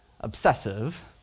obsessive